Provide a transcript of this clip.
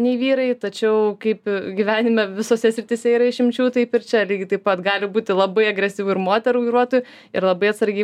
nei vyrai tačiau kaip gyvenime visose srityse yra išimčių taip ir čia lygiai taip pat gali būti labai agresyvių ir moterų vairuotojų ir labai atsargiai